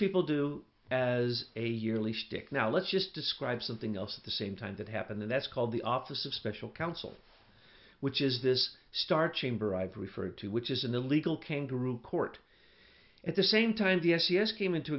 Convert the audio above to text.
people do as a yearly schtick now let's just describe something else at the same time that happened that's called the office of special counsel which is this star chamber i've referred to which is an illegal came through court at the same time the s e s came into